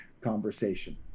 conversation